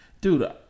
dude